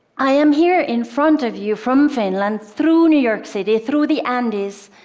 i am here in front of you, from finland, through new york city, through the andes,